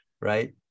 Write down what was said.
right